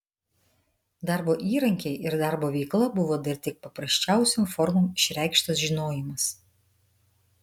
darbo įrankiai ir darbo veikla buvo dar tik paprasčiausiom formom išreikštas žinojimas